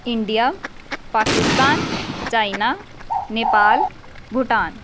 India Pakistan China Nepal Bhutan